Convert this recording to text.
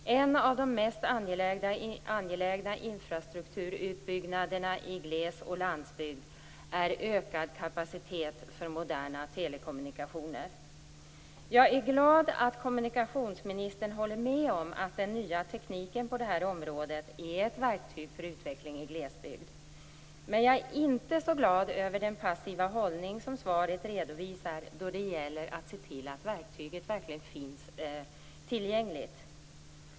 En av de mest angelägna infrastrukturutbyggnaderna i gles och landsbygd är ökad kapacitet för moderna telekommunikationer. Jag är glad att kommunikationsministern håller med om att den nya tekniken på det här området är ett verktyg för utvecklingen i glesbygden. Men jag är inte så glad över den passiva hållning som svaret redovisar då det gäller att se till att verktyget verkligen finns tillgängligt.